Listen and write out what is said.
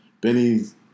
Benny's